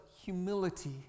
humility